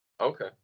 Okay